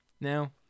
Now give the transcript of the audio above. Now